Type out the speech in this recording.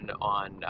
on